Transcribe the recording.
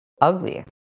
ugly